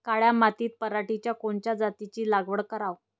काळ्या मातीत पराटीच्या कोनच्या जातीची लागवड कराव?